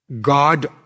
God